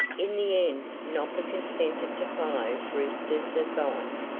in the end nopper consented to follow brewster's advice,